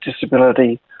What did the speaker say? disability